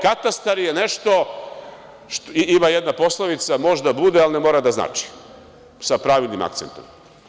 Katastar je nešto, ima jedna poslovica - može da bude, ali ne mora da znači, sa pravilnim akcentom.